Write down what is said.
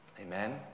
Amen